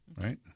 right